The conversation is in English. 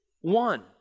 one